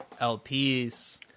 LPs